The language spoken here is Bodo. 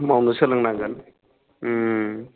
मावनो सोलोंनांगोन